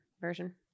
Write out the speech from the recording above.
version